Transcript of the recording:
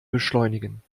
beschleunigen